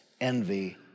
envy